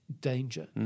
danger